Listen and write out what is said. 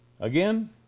Again